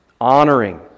honoring